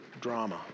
drama